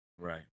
Right